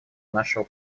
нашего